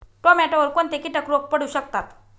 टोमॅटोवर कोणते किटक रोग पडू शकतात?